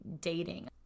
dating